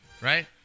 right